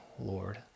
Lord